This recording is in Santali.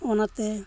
ᱚᱱᱟᱛᱮ